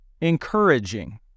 encouraging